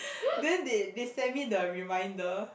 then they they send me the reminder